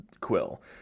Quill